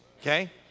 okay